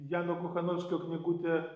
jano kochanovskio knygutė